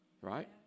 Right